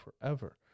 forever